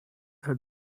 that